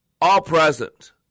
all-present